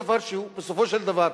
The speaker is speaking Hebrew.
בסופו של דבר,